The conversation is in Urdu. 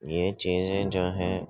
یہ چیزیں جو ہیں